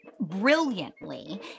brilliantly